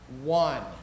one